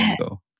go